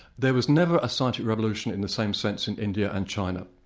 there was never a scientific revolution in the same sense in india and china.